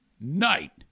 night